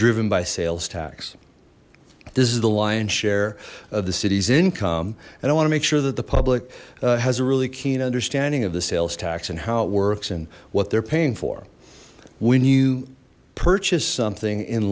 driven by sales tax this is the lion's share of the city's income and i want to make sure that the public has a really keen understanding of the sales tax and how it works and what they're paying for when you purchase something in